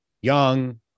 young